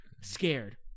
scared